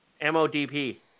M-O-D-P